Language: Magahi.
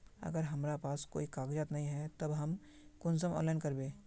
अगर हमरा पास कोई कागजात नय है तब हम कुंसम ऑनलाइन करबे?